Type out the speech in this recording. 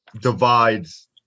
divides